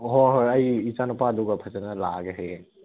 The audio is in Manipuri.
ꯑꯣ ꯍꯣꯍꯣꯏ ꯑꯩ ꯏꯆꯥꯅꯨꯄꯥꯗꯨꯒ ꯐꯖꯅ ꯂꯥꯛꯑꯒꯦ ꯍꯌꯦꯡ